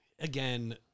again